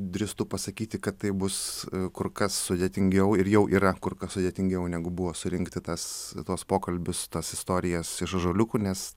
drįstu pasakyti kad tai bus kur kas sudėtingiau ir jau yra kur kas sudėtingiau negu buvo surinkti tas tuos pokalbius tas istorijas iš ąžuoliukų nes